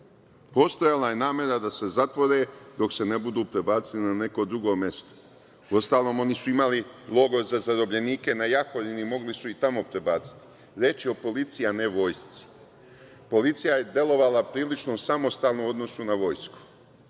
Postojala je namera da se zatvore dok se ne budu prebacili na neko drugo mestu. Uostalom, oni su imali logor za zarobljenike na Jahorini, mogli su ih tamo prebaciti. Reč je o policiji, a ne vojsci. Policija je delovala prilično samostalno u odnosu na vojsku.